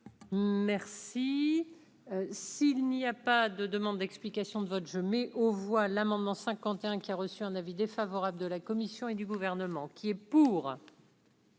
Merci, s'il n'y a. Pas de demande d'explication de vote je mets aux voix l'amendement 51 qui a reçu un avis défavorable de la Commission et du gouvernement qui est pour.